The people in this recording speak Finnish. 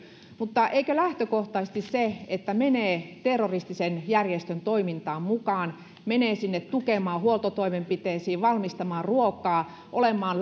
mutta eikö lähtökohtaisesti se että menee terroristisen järjestön toimintaan mukaan menee sinne tukemaan huoltotoimenpiteissä valmistamaan ruokaa olemaan